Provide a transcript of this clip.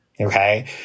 Okay